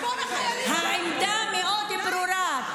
העמדה מאוד ברורה.